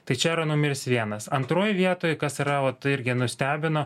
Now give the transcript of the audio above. tai čia yra numeris vienas antroj vietoj kas yra vat irgi nustebino